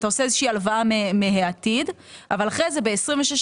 אתה עושה איזושהי הלוואה מהעתיד אבל אחר כך בשנת 2027-2026,